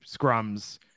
scrums